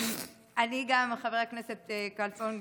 חבר הכנסת כלפון,